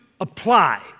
apply